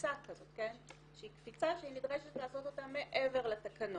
קפיצה כזאת שהיא קפיצה שנדרשת לעשות אותה מעבר לתקנות.